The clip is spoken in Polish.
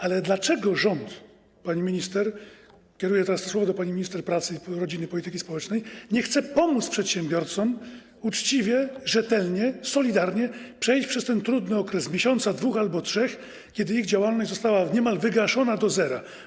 Ale dlaczego rząd, pani minister - kieruję teraz te słowa do pani minister pracy, rodziny i polityki społecznej - nie chce pomóc przedsiębiorcom uczciwie, rzetelnie, solidarnie przejść przez ten trudny okres miesiąca, dwóch albo trzech, kiedy ich działalność została niemal wygaszona do zera?